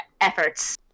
efforts